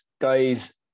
guys